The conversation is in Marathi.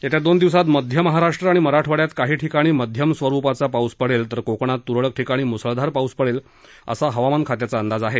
येत्या दोन दिवसात मध्य महाराष्ट्र आणि मराठवाडयात काही ठिकाणी मध्यम स्वरुपाचा पाऊस पडेल तर कोकणात त्रळक ठिकाणी म्सळधार पाऊस पडेल असा हवामान खात्याचा अंदाज आहे